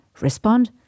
respond